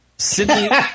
Sydney